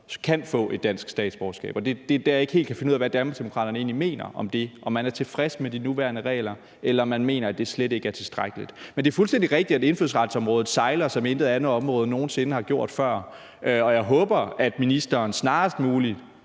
kan få et dansk statsborgerskab. Det er det, jeg ikke helt kan finde ud af hvad Danmarksdemokraterne egentlig mener om, altså om man er tilfreds med de nuværende regler, eller om man mener, det slet ikke er tilstrækkeligt. Men det er fuldstændig rigtigt, at indfødsretsområdet sejler, som intet andet område nogen sinde har gjort det før, og jeg håber, at ministeren snarest muligt